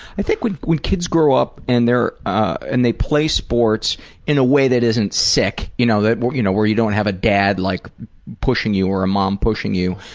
i think when when kids grow up and they're and they play sports in a way that isn't sick, you know, where you know where you don't have a dad like pushing you or a mom pushing you,